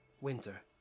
Winter